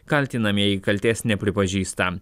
kaltinamieji kaltės nepripažįsta